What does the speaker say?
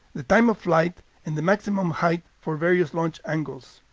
the time of flight and the maximum height for various launch angles.